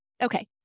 okay